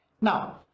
Now